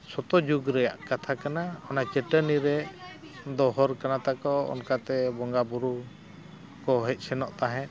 ᱥᱚᱛᱚ ᱡᱩᱜᱽ ᱨᱮᱭᱟᱜ ᱠᱟᱛᱷᱟ ᱠᱟᱱᱟ ᱚᱱᱟ ᱪᱟᱹᱴᱟᱹᱱᱤᱨᱮ ᱫᱚᱦᱚ ᱠᱟᱱᱟ ᱛᱟᱠᱚ ᱚᱱᱠᱟᱛᱮ ᱵᱚᱸᱜᱟ ᱵᱩᱨᱩ ᱠᱚ ᱦᱮᱡ ᱥᱮᱱᱚᱜ ᱛᱟᱦᱮᱸᱜ